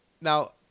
Now